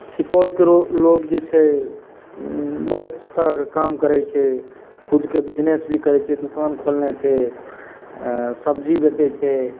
सुपौलके लोक जे छै बहुत तरहके काम करै छै खुदके बिजनेस भी करै छै दोकान भी खोलने छै सब्जी बेचै छै